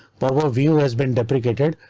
powerview has been deprecated,